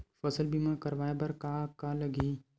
फसल बीमा करवाय बर का का लगही?